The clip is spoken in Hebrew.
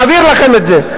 נעביר לכם את זה.